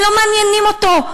הם לא מעניינים אותו,